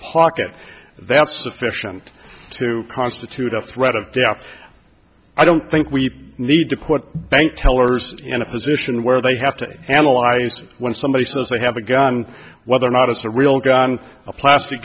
pocket that's sufficient to constitute a threat of death i don't think we need to put bank tellers in a position where they have to analyze when somebody says they have a gun whether or not it's a real gun a plastic